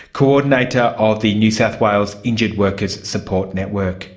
coordinator of the new south wales injured workers support network